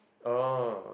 oh